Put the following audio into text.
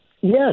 Yes